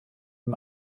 ihm